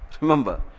Remember